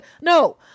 No